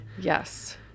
Yes